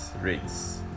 rates